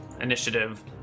Initiative